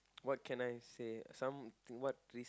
what can I say some